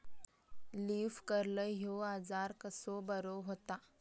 Leaf curl ह्यो आजार कसो बरो व्हता?